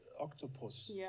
octopus